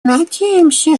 надеемся